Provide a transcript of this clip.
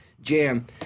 jam